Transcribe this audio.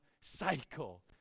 cycle